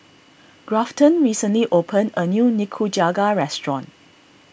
Grafton recently opened a new Nikujaga restaurant